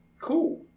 cool